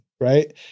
right